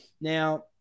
Now